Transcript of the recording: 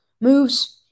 moves